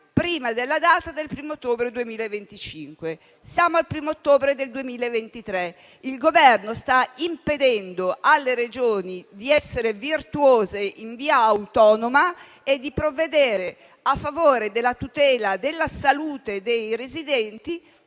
prima della data del 1° ottobre 2025. Siamo ad ottobre 2023. Il Governo sta impedendo alle Regioni di essere virtuose in via autonoma e di provvedere a favore della tutela della salute dei residenti